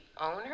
owner